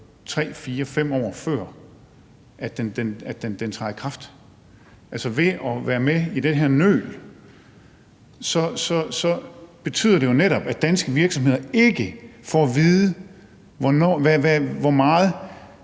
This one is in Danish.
ton, før 3, 4, 5 år før den træder i kraft. Altså, ved at man er med i det her nøl, betyder det jo netop, at danske virksomheder ikke får at vide, hvor meget